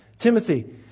Timothy